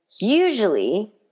usually